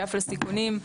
כפל סיכונים.